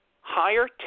higher